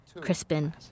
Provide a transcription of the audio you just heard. Crispin